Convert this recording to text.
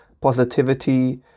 positivity